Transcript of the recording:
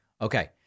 Okay